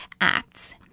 acts